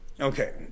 Okay